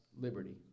liberty